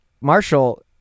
Marshall